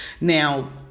Now